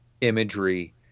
imagery